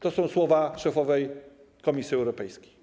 To są słowa szefowej Komisji Europejskiej.